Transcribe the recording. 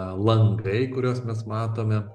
langai kuriuos mes matome